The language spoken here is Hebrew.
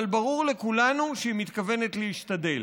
אבל ברור לכולנו שהיא מתכוונת להשתדל.